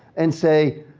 and say,